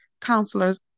counselors